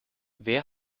wer